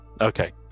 Okay